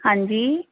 ਹਾਂਜੀ